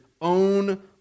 own